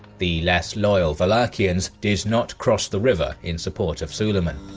the less loyal wallachians did not cross the river in support of suleiman.